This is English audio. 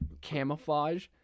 camouflage